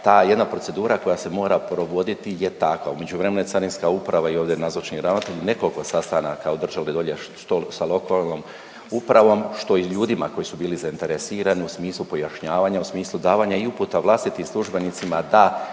ta jedna procedura koja se mora provoditi je takva. U međuvremenu je Carinska uprava i ovdje nazočni ravnatelj nekoliko sastanaka održao ovdje dolje što sa lokalnom upravom što i ljudima koji su bili zainteresirani u smislu pojašnjavanja, u smislu davanja i uputa vlastitim službenicima da